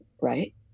Right